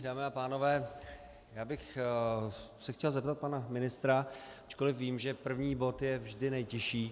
Dámy a pánové, já bych se chtěl zeptat pana ministra, ačkoliv vím, že první bod je vždy nejtěžší.